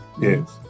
yes